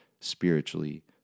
spiritually